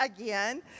again